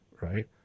right